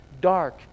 dark